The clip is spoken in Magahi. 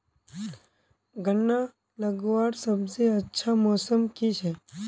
गन्ना लगवार सबसे अच्छा मौसम की छे?